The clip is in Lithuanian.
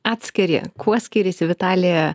atskiri kuo skiriasi vitalija